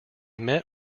met